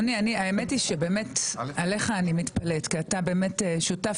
האמת היא שבאמת עליך אני מתפלאת כי אתה באמת שותף